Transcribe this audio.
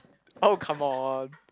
oh come on